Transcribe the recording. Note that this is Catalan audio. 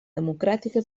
democràtica